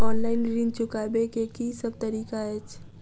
Online ऋण चुकाबै केँ की सब तरीका अछि?